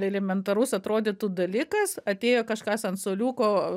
elementarus atrodytų dalykas atėjo kažkas ant suoliuko